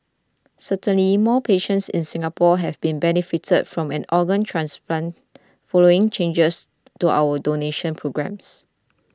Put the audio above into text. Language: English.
certainly more patients in Singapore have been benefited from an organ transplant following changes to our donation programmes